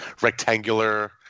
rectangular